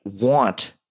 want